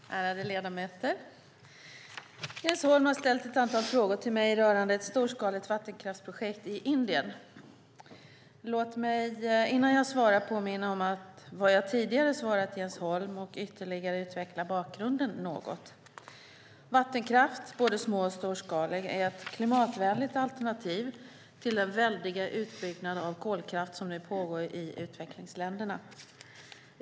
Fru talman, ärade ledamöter! Jens Holm har ställt ett antal frågor till mig rörande ett storskaligt vattenkraftsprojekt i Indien. Låt mig innan jag svarar påminna om vad jag tidigare svarat Jens Holm och ytterligare utveckla bakgrunden något. Vattenkraft, både små och storskalig, är ett klimatvänligt alternativ till den väldiga utbyggnad av kolkraft som nu pågår i utvecklingsländerna.